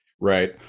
right